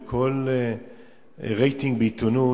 וכל רייטינג בעיתונות,